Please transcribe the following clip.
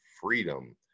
freedom